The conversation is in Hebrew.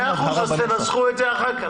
מאה אחוז, אז תנסחו את זה אחר כך.